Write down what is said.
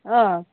অঁ